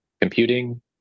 computing